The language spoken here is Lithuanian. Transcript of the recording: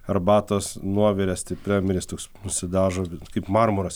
arbatos nuovire stipriam ir jis toks nusidažo kaip marmuras